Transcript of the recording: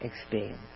experience